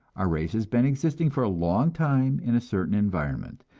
our race has been existing for a long time in a certain environment,